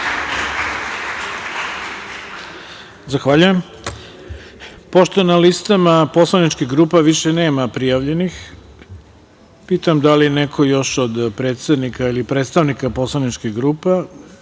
Zahvaljujem. Pošto na listama poslaničkih grupa više nema prijavljenih, pitam da li neko još od predsednika ili predstavnika poslaničkih grupa,